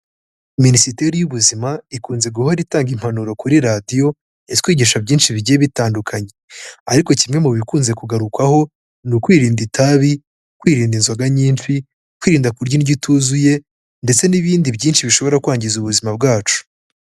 Minisiteri y'ubuzima ikunze guhora itanga impanuro kuri radiyo itwigisha byinshi bigiye bitandukanye. Ariko kimwe mu bikunze kugarukwaho ni ukwirinda itabi, kwirinda inzoga nyinshi, kwirinda kurya indyo ituzuye ndetse n'ibindi byinshi bishobora kwangiza ubuzima bwacu.